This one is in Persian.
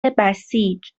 بسیج